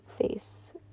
face